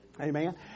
Amen